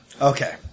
Okay